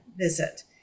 visit